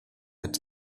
its